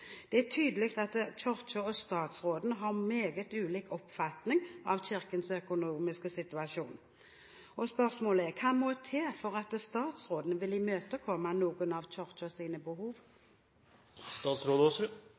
Det er tydelig at Kirken og statsråden har meget ulik oppfatning av Kirkens økonomiske situasjon. Spørsmålet er: Hva må til for at statsråden vil imøtekomme noen av